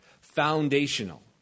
foundational